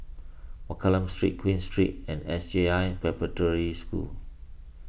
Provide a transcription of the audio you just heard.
Mccallum Street Queen Street and S J I Preparatory School